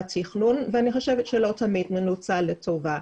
תכנון ואני חושבת שלא תמיד הוא מנוצל לטובה.